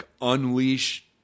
unleash